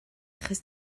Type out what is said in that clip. achos